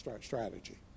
strategy